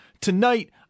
Tonight